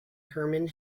hermann